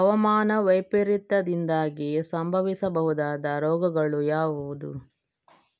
ಹವಾಮಾನ ವೈಪರೀತ್ಯದಿಂದಾಗಿ ಸಂಭವಿಸಬಹುದಾದ ರೋಗಗಳು ಯಾವುದು?